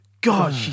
God